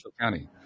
County